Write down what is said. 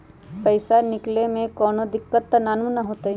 पईसा निकले में कउनो दिक़्क़त नानू न होताई?